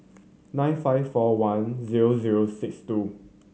nine five four one zero zero six two